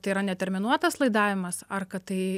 tai yra neterminuotas laidavimas ar kad tai